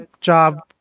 job